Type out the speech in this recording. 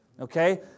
okay